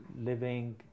living